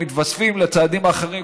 הם מתווספים לצעדים האחרים.